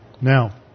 Now